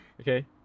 Okay